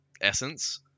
essence